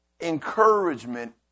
encouragement